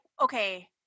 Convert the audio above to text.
okay